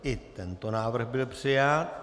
I tento návrh byl přijat.